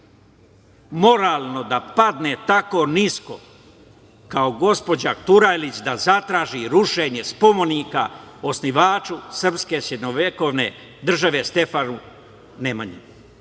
moralno da padne tako nisko, kao gospođa Turajlić, da zatraži rušenje spomenika osnivaču srpske srednjovekovne države, Stefanu Nemanji? Profesor